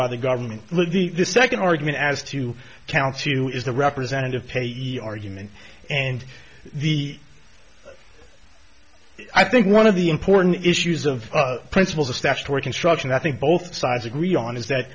by the government look the second argument as to count two is the representative payee argument and the i think one of the important issues of principles of statutory construction i think both sides agree on is